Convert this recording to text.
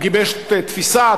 הוא גיבש תפיסה,